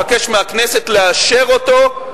ואני מבקש מהכנסת לאשר אותו,